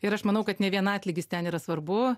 ir aš manau kad ne vien atlygis ten yra svarbu